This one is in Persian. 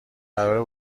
قراره